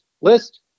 list